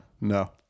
No